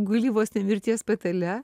guli vos ne mirties patale